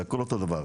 זה הכול אותו דבר.